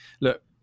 Look